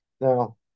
Now